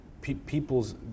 peoples